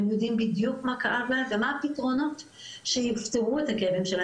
הם יודעים בדיוק מה כאב להם ומה הפתרונות שיפתרו את הכאבים שלהם